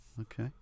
Okay